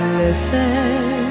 listen